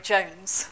Jones